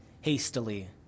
hastily